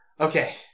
okay